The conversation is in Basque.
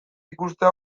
ikustea